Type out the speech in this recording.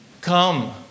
come